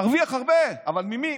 תרוויח הרבה, אבל ממי?